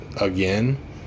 Again